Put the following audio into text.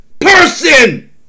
person